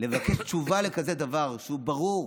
לבקש תשובה על כזה דבר שהוא ברור,